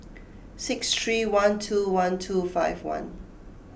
six three one two one two five one